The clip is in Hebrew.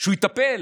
שהוא יטפל